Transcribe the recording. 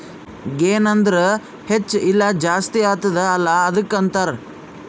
ಗೆನ್ ಅಂದುರ್ ಹೆಚ್ಚ ಇಲ್ಲ ಜಾಸ್ತಿ ಆತ್ತುದ ಅಲ್ಲಾ ಅದ್ದುಕ ಅಂತಾರ್